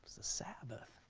the sabbath.